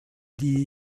die